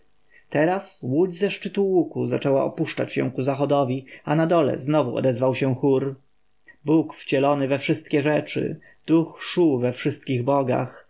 teraz łódź ze szczytu łuku zaczęła opuszczać się ku zachodowi a na dole znowu odezwał się chór bóg wcielony we wszystkie rzeczy duch szu we wszystkich bogach